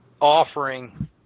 offering